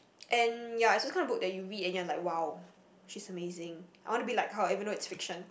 and ya it's those kind of book that you read and you're like !wow! she's amazing I want to be like her even though it's fiction